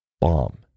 bomb